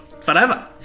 forever